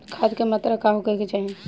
खाध के मात्रा का होखे के चाही?